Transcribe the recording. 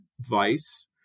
vice